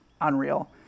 unreal